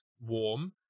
warm